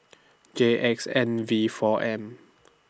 J X N V four M